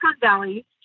Valley